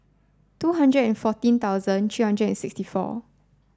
two hundred and fourteen thousand three hundred and sixty four